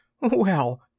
well